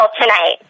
tonight